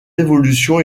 évolutions